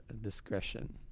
discretion